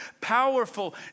powerful